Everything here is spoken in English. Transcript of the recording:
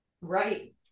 Right